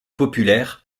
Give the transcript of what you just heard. populaire